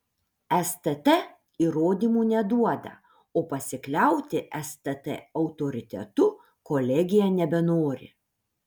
stt įrodymų neduoda o pasikliauti stt autoritetu kolegija nebenori